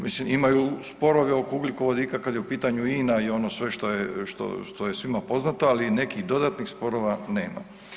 Mislim, imaju sporove oko ugljikovodika kad je u pitanju INA i ono sve što je, što je svima poznato, ali nekih dodatnih sporova nema.